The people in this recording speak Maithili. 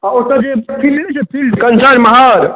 आ ओतऽ जे नहि छै फिल्ड